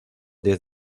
diez